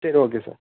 சரி okay sir